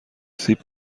سیب